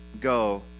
Go